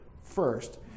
first